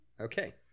Okay